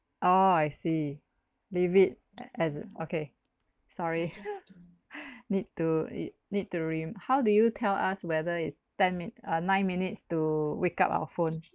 oh I see leave it a~ as uh okay sorry need to it need to re~ how do you tell us whether is ten min~ uh nine minutes to wake up our phones